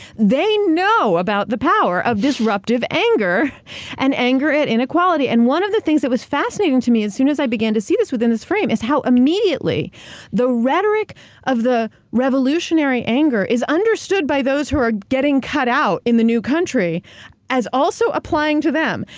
they know about the power of disruptive anger and anger at inequality. and one of the things that was fascinating to me, as soon as i began to see this within this frame, is how immediately the rhetoric of the revolutionary anger is understood by those who are getting cut out in the new country as also applying to them.